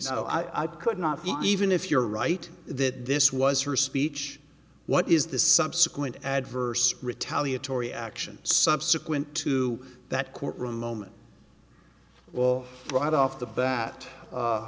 case i could not even if you're right that this was her speech what is the subsequent adverse retaliatory action subsequent to that courtroom moment well right off the bat